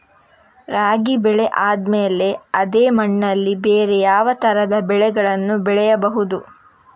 ರಾಗಿ ಬೆಳೆ ಆದ್ಮೇಲೆ ಅದೇ ಮಣ್ಣಲ್ಲಿ ಬೇರೆ ಯಾವ ತರದ ಬೆಳೆಗಳನ್ನು ಬೆಳೆಯಬಹುದು?